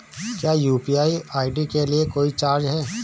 क्या UPI ID के लिए कोई चार्ज है?